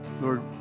Lord